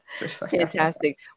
Fantastic